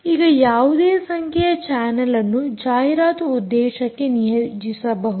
ಈಗ ಯಾವುದೇ ಸಂಖ್ಯೆಯ ಚಾನಲ್ಅನ್ನು ಜಾಹೀರಾತು ಉದ್ದೇಶಕ್ಕೆ ನಿಯೋಜಿಸಬಹುದು